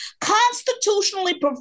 constitutionally